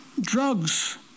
drugs